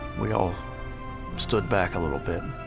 we all stood back a little bit,